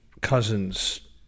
cousins